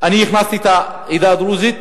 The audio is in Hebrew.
אני הכנסתי את העדה הדרוזית,